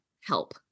help